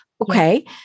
Okay